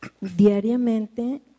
Diariamente